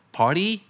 party